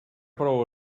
prou